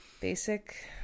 Basic